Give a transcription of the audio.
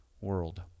world